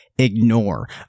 ignore